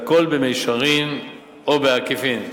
והכול במישרין או בעקיפין.